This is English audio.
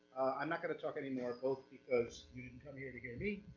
i'm not going to talk anymore, both because you didn't come here to hear me,